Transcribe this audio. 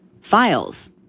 files